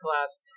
class